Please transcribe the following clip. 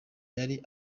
yari